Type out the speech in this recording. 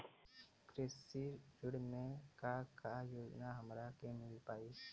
कृषि ऋण मे का का योजना हमरा के मिल पाई?